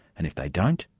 and if they don't,